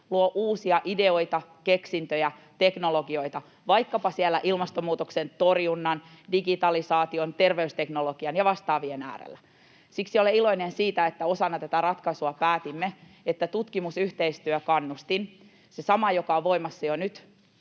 luo uusia ideoita, keksintöjä, teknologioita vaikkapa siellä ilmastonmuutoksen torjunnan, digitalisaation, terveysteknologian ja vastaavien äärellä. Siksi olen iloinen siitä, että osana tätä ratkaisua päätimme, että tutkimusyhteistyökannustinta — sitä samaa, joka on voimassa jo nyt